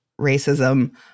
racism